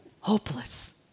hopeless